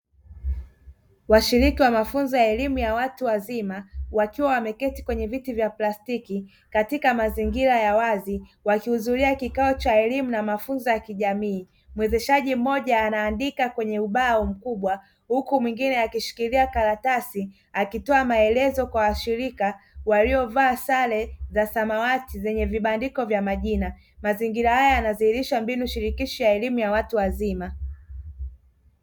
Washiriki wa mafunzo ya elimu ya watu wazima wakiwa wameketi kwenye viti vya plastiki katika mazingira ya wazi wakihudhuria kikao cha elimu na mafunzo ya kijamii, mwezeshaji mmoja anaandika kwenye ubao mkubwa huku mwingine akishikilia karatasi akitoa maelezo kwa washirika waliovaa sare za samawati zenye vibandiko vya majina, mazingira haya yanadhihirisha mbinu shirikishi ya elimu ya watu wazima.